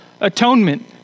atonement